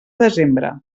desembre